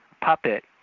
puppet